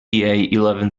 eleven